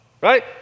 right